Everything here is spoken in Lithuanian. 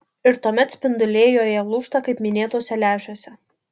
ir tuomet spinduliai joje lūžta kaip minėtuose lęšiuose